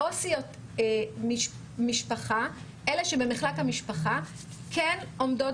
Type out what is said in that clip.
עו"סיות המשפחה במחלק המשפחה כן עומדות